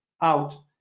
out